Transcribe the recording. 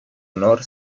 honor